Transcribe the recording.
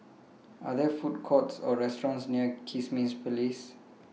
Are There Food Courts Or restaurants near Kismis Place